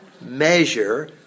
measure